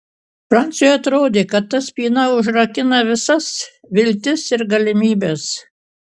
franciui atrodė kad ta spyna užrakina visas viltis ir galimybes